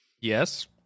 yes